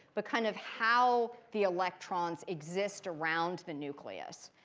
but kind of how the electrons exist around the nucleus.